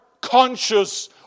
conscious